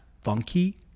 funky